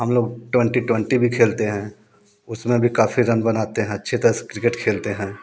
हम लोग twenty twenty भी खेलते हैं उसमें भी काफ़ी रन बनाते हैं अच्छी तरह से क्रिकेट खेलते हैं